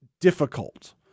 difficult